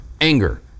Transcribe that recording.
Anger